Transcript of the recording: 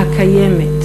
הקיימת,